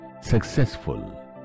successful